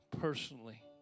personally